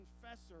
confessor